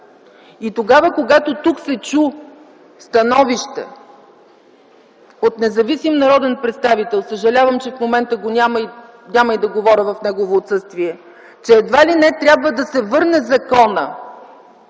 и тогава, когато тук се чу становище от независим народен представител, съжалявам, че в момента го няма – няма и да говоря в негово отсъствие, че едва ли не законът трябва да се върне, за да